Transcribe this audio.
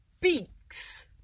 beaks